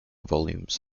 volumes